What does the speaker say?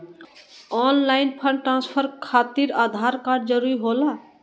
Online fund transfer खातिर Aadhaar card जरूरी होला?